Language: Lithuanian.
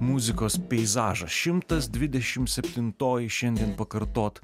muzikos peizažą šimtas dvidešimt septintoji šiandien pakartot